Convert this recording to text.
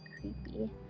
creepy